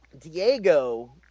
Diego